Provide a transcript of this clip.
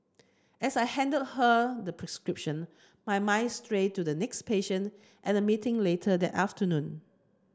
as I handed her the prescription my mind strayed to the next patient and the meeting later that afternoon